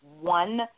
one